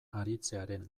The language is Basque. aritzearen